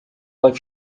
left